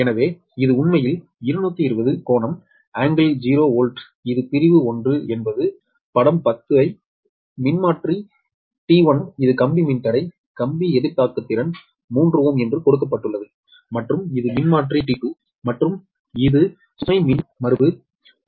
எனவே இது உண்மையில் 220 கோணம் ∟0 வோல்ட் இது பிரிவு 1 என்பது படம் 10 இவை மின்மாற்றி T1 இது கம்பி மின்தடை கம்பி எதிர்தாக்குத்திறன் 3Ω என்று கொடுக்கப்பட்டுள்ளது மற்றும் இது மின்மாற்றி T2 மற்றும் இது சுமை மின்மறுப்பு 0